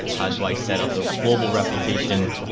how do i set up the global replication.